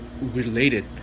related